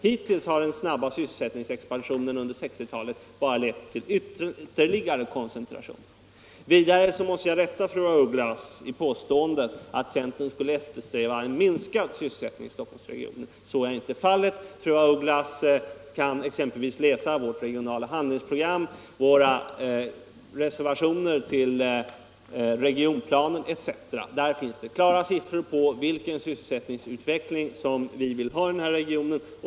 Hittills har nämligen den snabba sysselsättningsexpansionen under 1960 talet bara lett till ytterligare koncentration. Vidare måste jag rätta fru af Ugglas påstående, att centern skulle eftersträva en minskad sysselsättning i Stockholmsregionen. Så är inte fallet. Fru af Ugglas kan exempelvis läsa vårt regionala handlingsprogram och våra reservationer till regionplanen. Där finns det klara siffror på vilken sysselsättningsutveckling vi vill ha i den här regionen.